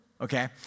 Okay